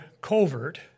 covert